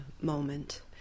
moment